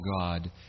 God